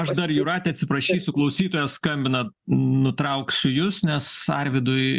aš dar jūrate atsiprašysiu klausytojas skambina nutrauksiu jus nes arvydui